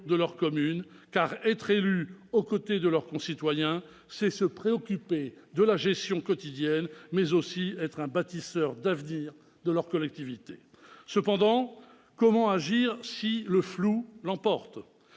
de leur commune, car être élu aux côtés de leurs concitoyens, c'est, pour eux, se préoccuper de la gestion quotidienne, mais aussi être un bâtisseur d'avenir de leur collectivité. Cependant, comment agir si le flou l'emporte ?